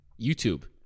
YouTube